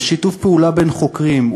על שיתוף פעולה בין חוקרים,